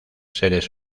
seres